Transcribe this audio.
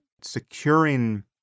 securing